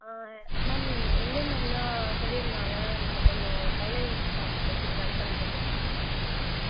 ஆ ma'am Indhu ma'am தான் சொல்லிருந்தாங்க நீங்கள் கொஞ்சம் டெய்லரிங் ஷாப் வச்சு ரன் பண்ணிட்டு வந்துட்டுருக்கீங்க அப்படினு சொல்லிட்டு